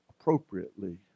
appropriately